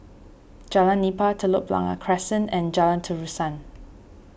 Jalan Nipah Telok Blangah Crescent and Jalan Terusan